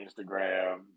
Instagram